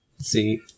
See